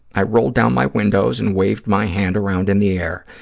i rolled down my windows and waved my hand around in the air.